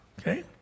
Okay